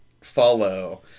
follow